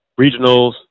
regionals